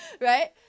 Right